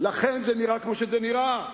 לכן זה נראה כמו שזה נראה.